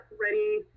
ready